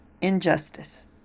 Injustice